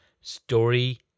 story